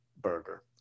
burger